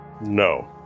no